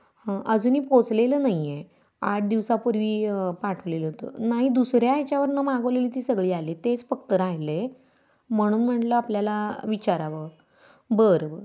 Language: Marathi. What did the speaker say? अजूनही पोचलेलं नाही आहे आठ दिवसापूर्वी पाठवलेलं होतं नाही दुसऱ्या याच्यावरनं मागवलेली ती सगळी आली तेच फक्त राहिलं आहे म्हणून म्हणलं आपल्याला विचारावं बरं बं